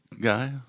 guy